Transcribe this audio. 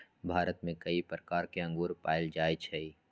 भारत में कई प्रकार के अंगूर पाएल जाई छई